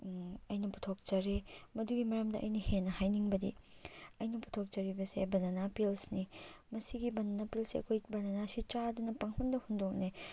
ꯑꯩꯅ ꯄꯨꯊꯣꯛꯆꯔꯦ ꯃꯗꯨꯒꯤ ꯃꯔꯝꯗ ꯑꯩꯅ ꯍꯦꯟꯅ ꯍꯥꯏꯅꯤꯡꯕꯗꯤ ꯑꯩꯅ ꯄꯨꯊꯣꯛꯆꯔꯤꯕꯁꯦ ꯕꯅꯥꯅꯥ ꯄꯤꯜꯁꯅꯤ ꯃꯁꯤꯒꯤ ꯕꯅꯥꯅꯥ ꯄꯤꯜꯁꯁꯤ ꯑꯩꯈꯣꯏ ꯕꯅꯥꯅꯥꯁꯦ ꯆꯥꯗꯨꯅ ꯄꯪꯍꯨꯟꯗ ꯍꯨꯟꯗꯣꯛꯅꯩ